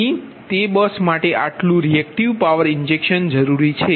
તેથી તે બસ માટે આટલું રિએકટિવ પાવર ઇન્જેક્શન જરૂરી છે